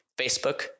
Facebook